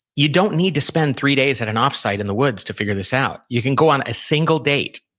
you don't need to spend three days at an offsite in the woods to figure this out. you can go on a single date.